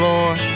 Lord